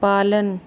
पालन